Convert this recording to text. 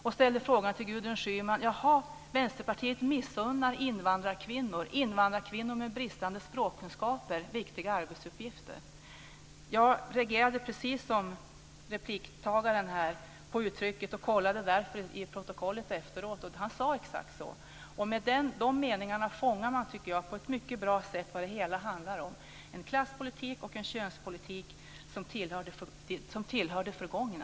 Han ställde en fråga till Gudrun Schyman: Vänsterpartiet missunnar alltså invandrarkvinnor med bristande språkkunskaper viktiga arbetsuppgifter? Jag reagerade precis som repliktagaren på uttrycket och kollade därför i protokollet efteråt, och han sade exakt så. Med den meningen fångar man på ett mycket bra sätt vad det hela handlar om, tycker jag. Det handlar om en klasspolitik och en könspolitik som tillhör det förgångna.